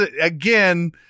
again